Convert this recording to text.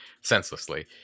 senselessly